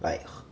like